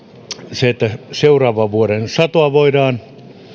se että seuraavan vuoden satoa voidaan